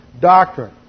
doctrine